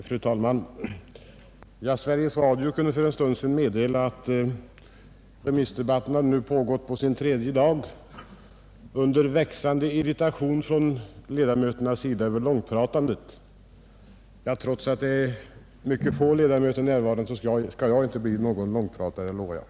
Fru talman! Sveriges Radio kunde för en stund sedan meddela att remissdebatten nu pågår på sin tredje dag under växande irritation från ledamöternas sida över långpratandet. Trots att det är mycket få ledamöter närvarande, skall jag inte bli någon långpratare, det lovar jag.